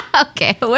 okay